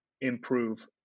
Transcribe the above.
improve